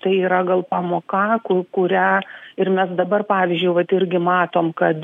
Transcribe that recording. tai yra gal pamoka kurią ir mes dabar pavyzdžiui vat irgi matom kad